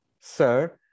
Sir